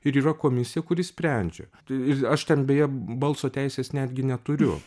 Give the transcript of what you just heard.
ir yra komisija kuri sprendžia tai ir aš ten beje balso teisės netgi neturiu